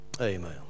Amen